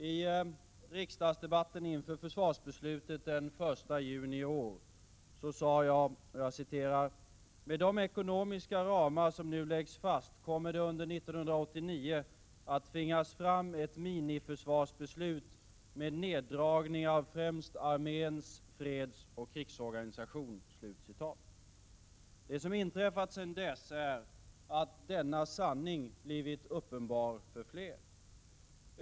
I riksdagsdebatten inför försvarsbeslutet den 1 juni i år sade jag: ”Med de ekonomiska ramar som nu läggs fast kommer den utredningen under 1989 att tvinga fram ett miniförsvarsbeslut med neddragningar av främst arméns fredsoch krigsorganisation.” Det som inträffat sedan dess är att denna sanning blivit uppenbar för fler.